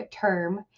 term